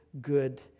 good